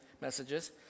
messages